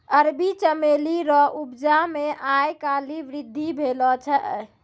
अरबी चमेली रो उपजा मे आय काल्हि वृद्धि भेलो छै